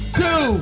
two